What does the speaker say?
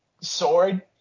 sword